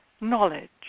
knowledge